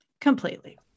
Completely